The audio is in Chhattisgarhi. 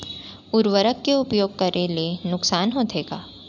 उर्वरक के उपयोग करे ले नुकसान होथे का?